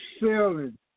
selling